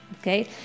Okay